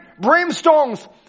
brimstones